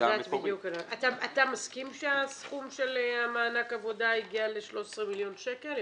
--- אתה מסכים שהסכום של מענק העבודה הגיע ל-13 מיליון שקל?